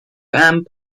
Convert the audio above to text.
and